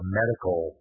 medical